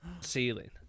Ceiling